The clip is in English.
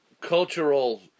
cultural